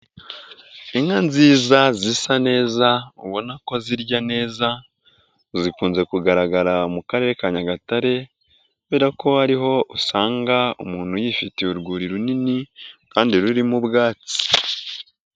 Inka nziza zisa neza ubona kozirya neza, zikunze kugaragara mu karere ka Nyagatare kubera ko ariho usanga umuntu yifitiye urwuri runini kandi rurimo ubwatsi.